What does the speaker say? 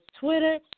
Twitter